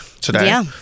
today